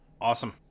Awesome